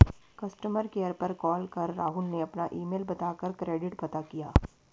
customer care पर call कर राहुल ने अपना ईमेल बता कर क्रेडिट पता किया